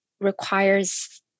requires